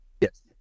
Yes